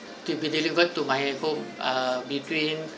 to be delivered to my home uh between